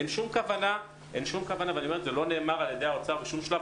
אין שום כוונה וזה לא נאמר על-ידי האוצר בשום שלב,